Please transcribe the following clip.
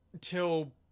till